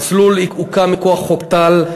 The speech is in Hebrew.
המסלול הוקם מכוח חוק טל,